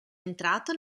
entrato